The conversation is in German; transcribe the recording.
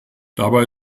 dabei